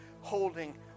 holding